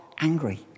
angry